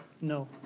No